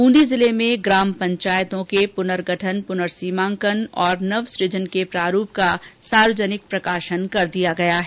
बूंदी जिले में ग्राम पंचायतों के पुनर्गठन पुर्नसीमांकन और नवसूजन के प्रारूप का सार्वजनिक प्रकाशन कर दिया गया है